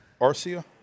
Arcia